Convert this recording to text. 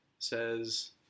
Says